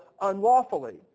unlawfully